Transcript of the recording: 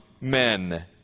men